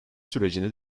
sürecini